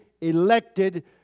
elected